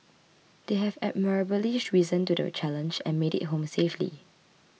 they have admirably risen to the challenge and made it home safely